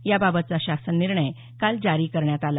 याबाबतचा शासन निर्णय काल जारी करण्यात आला